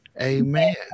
amen